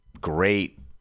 great